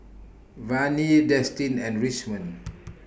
Vannie Destin and Richmond